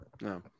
No